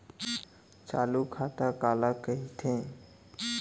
चालू खाता काला कहिथे?